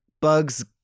Bugs